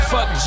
Fuck